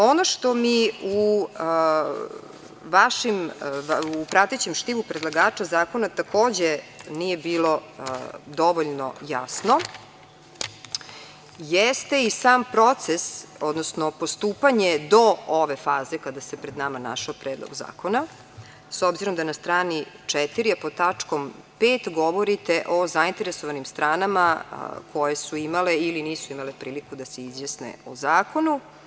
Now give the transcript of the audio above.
Ono što mi u pratećem štivu predlagača zakona takođe nije bilo dovoljno jasno, jeste i sam proces, odnosno postupanje do ove faze kada se pred nama našao predlog zakona, s obzirom da na strani 4, a pod tačkom 5. govorite o zainteresovanim stranama koje su imale ili nisu imale priliku da se izjasne o zakonu.